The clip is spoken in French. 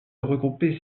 regrouper